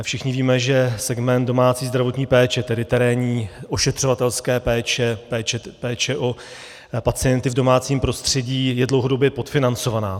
Všichni víme, že segment domácí zdravotní péče, tedy terénní ošetřovatelské péče, péče o pacienty v domácím prostředí, je dlouhodobě podfinancovaný.